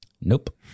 Nope